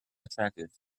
attractive